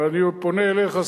אבל אני פונה אליך,